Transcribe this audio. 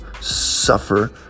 suffer